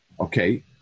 Okay